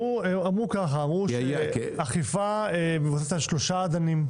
אמרו שאכיפה מבוססת על שלושה אדנים: